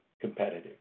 competitive